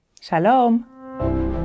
Shalom